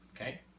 Okay